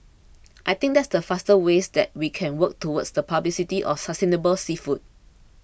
I think that's the fastest way that we can work towards the publicity of sustainable seafood